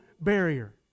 barrier